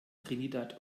trinidad